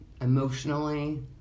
emotionally